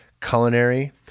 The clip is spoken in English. Culinary